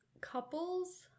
couples